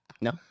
No